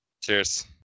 Cheers